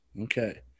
Okay